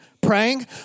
praying